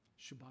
Shabbat